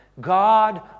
God